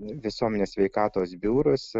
visuomenės sveikatos biurus